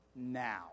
now